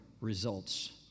results